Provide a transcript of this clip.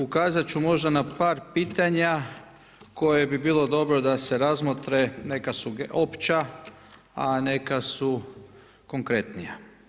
Ukazat ću možda na par pitanja koje bi bilo dobro da se razmotre, neka su opća, a neka su konkretnija.